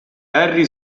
harry